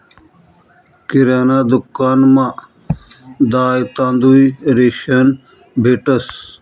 किराणा दुकानमा दाय, तांदूय, रेशन भेटंस